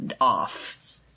off